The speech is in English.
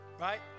right